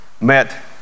met